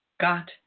got